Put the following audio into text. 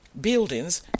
Buildings